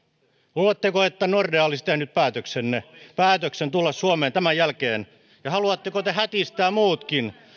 luuletteko että nordea olisi tehnyt päätöksen päätöksen tulla suomeen tämän jälkeen ja haluatteko te hätistää muutkin